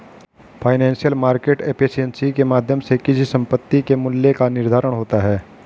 financial market efficiency के माध्यम से किसी संपत्ति के मूल्य का निर्धारण होता है